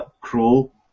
cruel